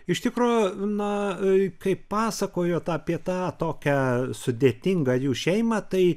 iš tikro na kai pasakojot apie tą tokią sudėtingą jų šeimą tai